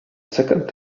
second